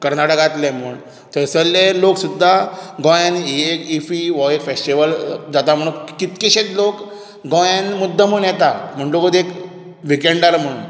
कर्नाटकांतले म्हण थंयसल्ले लोक सुद्दां गोंयांत ही एक इफ्फी हो एक फॅस्टीवल जाता म्हणून कितकेशेत लोक गोंयांत मुद्दांमूच येतात म्हणटकूच एक व्हिकएंड म्हूण